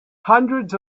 hundreds